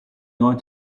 neuen